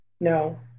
No